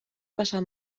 passar